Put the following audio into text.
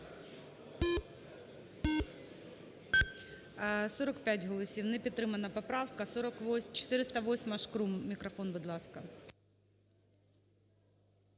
45 голосів. Не підтримана поправка. 408-а. Шкрум мікрофон, будь ласка.